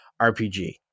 RPG